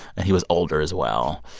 and he was older as well.